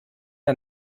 der